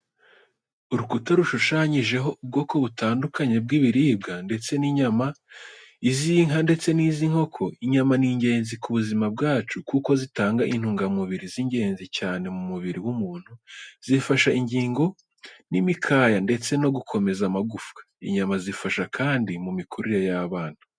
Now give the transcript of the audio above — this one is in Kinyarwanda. Urukuta rushushanyijeho ubwoko butandukanye bw'ibiribwa, ndetse n'inyama, iz’inka ndetse n’inkoko. Inyama ni ingenzi ku buzima bwacu kuko zitanga intungamubiri z’ingenzi cyane mu mubiri w’umuntu, zifasha ingingo n’imikaya, ndetse no gukomeza amagufa. Inyama zifasha kandi mu mikurire y’abana.